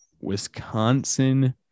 Wisconsin